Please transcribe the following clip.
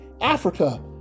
Africa